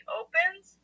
opens